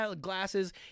glasses